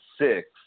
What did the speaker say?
six